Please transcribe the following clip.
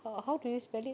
ah how do you spell it